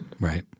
Right